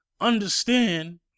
Understand